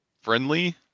friendly